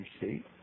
see